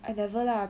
I never lah